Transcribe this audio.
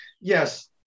Yes